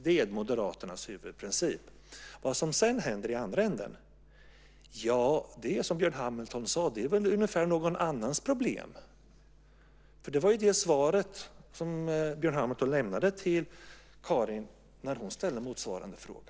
Det är Moderaternas huvudprincip. Vad som sedan händer i andra ändan är väl, som Björn Hamilton sade, någon annans problem. Det var det svar som Björn Hamilton lämnade till Karin när hon ställde motsvarande fråga.